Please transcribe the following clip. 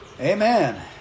Amen